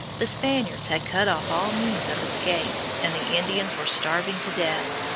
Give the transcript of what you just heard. the spaniards had cut off all means of escape, and the indians were starving to death.